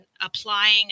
applying